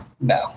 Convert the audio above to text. No